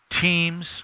teams